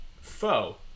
Foe